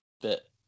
bit